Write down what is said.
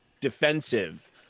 defensive